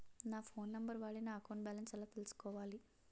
నా phone number వాడి నా అకౌంట్ బాలన్స్ ఎలా తెలుసుకోవాలి?